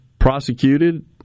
prosecuted